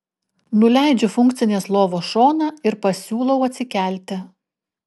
nuleidžiu funkcinės lovos šoną ir pasiūlau atsikelti